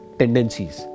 tendencies।